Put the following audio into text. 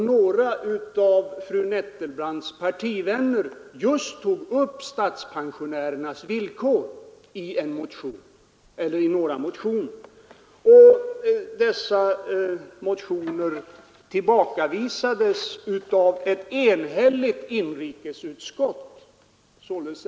Några av fru Nettelbrandts partivänner hade tagit upp just statspensionärernas villkor i motioner. Dessa motionskrav tillbakavisades av ett enhälligt inrikesutskott.